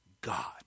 God